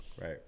right